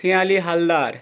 খেয়ালি হালদার